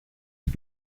του